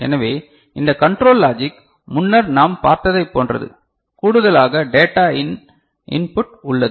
எனவே இந்த control logic முன்னர் நாம் பார்த்ததைப் போன்றது கூடுதலாக டேட்டா இன் இன்புட் உள்ளது